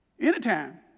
Anytime